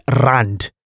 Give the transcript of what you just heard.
rand